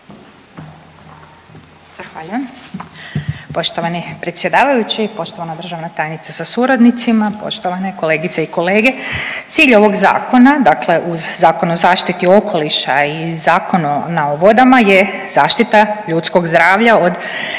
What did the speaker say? Zahvaljujem. Poštovani predsjedavajući, poštovana državna tajnice sa suradnicima, poštovane kolegice i kolege. Cilj ovog zakona, dakle uz Zakon o zaštiti okoliša i Zakona o vodama je zaštita ljudskog zdravlja od